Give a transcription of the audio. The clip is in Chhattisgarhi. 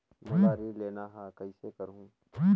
मोला ऋण लेना ह, कइसे करहुँ?